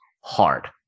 hard